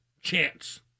chance